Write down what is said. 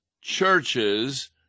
churches